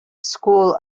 school